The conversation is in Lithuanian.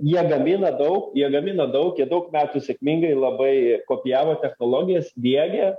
jie gamina daug jie gamina daug jie daug metų sėkmingai labai kopijavo technologijas diegia